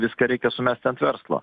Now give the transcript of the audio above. viską reikia sumest ant verslo